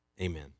amen